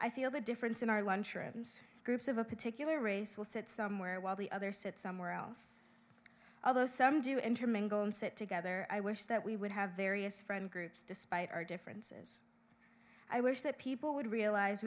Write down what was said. i feel the difference in our lunchrooms groups of a particular race will sit somewhere while the other sit somewhere else although some do intermingle and sit together i wish that we would have various friendly groups despite our differences i wish that people would realize